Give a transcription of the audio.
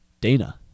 Dana